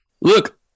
Look